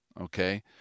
Okay